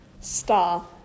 Star